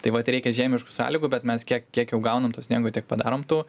tai vat reikia žiemiškų sąlygų bet mes kiek kiek jau gaunam to sniego tiek padarom tų